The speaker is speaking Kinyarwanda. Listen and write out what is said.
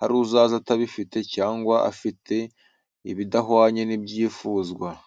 hari uzaza atabifite cyangwa afite ibidahwanye n’ibyifuzwa.